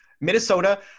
Minnesota